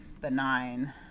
benign